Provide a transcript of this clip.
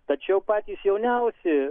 tačiau patys jauniausi